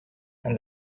and